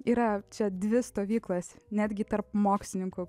yra čia dvi stovyklas netgi tarp mokslininkų